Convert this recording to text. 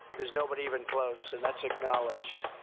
there's nobody even close, and that's acknowledged.